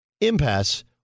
Impasse